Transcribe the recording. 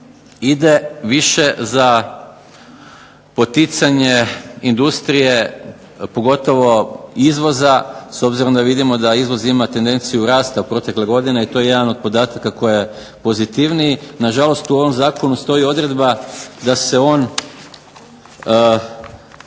ide više za poticanje industrije, pogotovo izvoza, s obzirom da vidimo da izvoz ima tendenciju rasta u protekle godine i to je jedan od podataka koji je pozitivniji. Na žalost u ovom zakonu stoji odredba da se on,